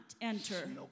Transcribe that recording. enter